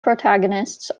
protagonists